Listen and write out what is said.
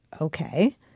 Okay